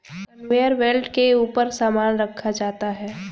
conveyor belt के ऊपर सामान रखा जाता है